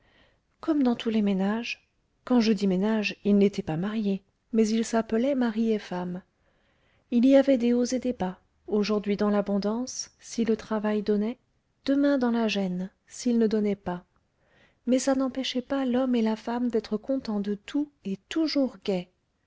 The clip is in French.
comme dans tous les ménages quand je dis ménages ils n'étaient pas mariés mais ils s'appelaient mari et femme il y avait des hauts et des bas aujourd'hui dans l'abondance si le travail donnait demain dans la gêne s'il ne donnait pas mais ça n'empêchait pas l'homme et la femme d'être contents de tout et toujours gais